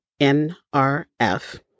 NRF